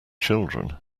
children